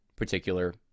particular